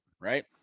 right